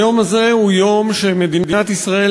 היום הזה הוא יום שבו מדינת ישראל